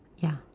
ya